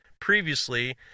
previously